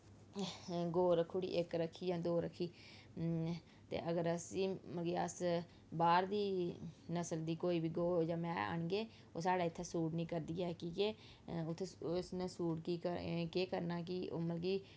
गौ रक्खी ओड़ी इक रक्खी जां दो रक्खी ते अगर असें मतलब कि अस बाह्र दी नसल दी कोई बी गौ जां मैंह् आह्नगे ओह् साढ़े इत्थे सूट नी करदी ऐ कि के उत्थै इसनै सूट केह् करना कि मतलब कि